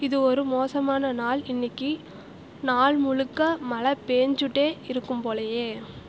இது ஒரு மோசமான நாள் இன்னைக்கு நாள் முழுக்க மழை பேய்ஞ்சுட்டே இருக்கும் போலயே